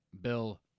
Bill